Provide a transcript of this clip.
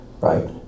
right